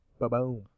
Boom